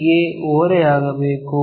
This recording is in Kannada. P ಗೆ ಓರೆಯಾಗಬೇಕು